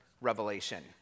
revelation